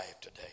today